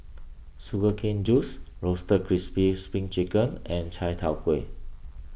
Sugar Cane Juice Roasted Crispy Spring Chicken and Chai Tow Kway